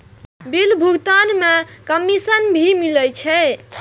Bill भुगतान में commission भी मिले छै?